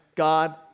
God